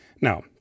Now